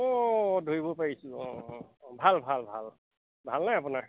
অঁ ধৰিব পাৰিছোঁ অঁ অঁ ভাল ভাল ভাল ভালনে আপোনাৰ